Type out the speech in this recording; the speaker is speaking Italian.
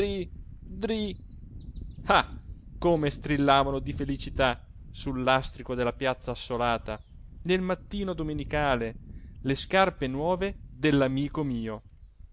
come strillavano di felicità sul lastrico della piazza assolata nel mattino domenicale le scarpe nuove dell'amico mio